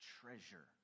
treasure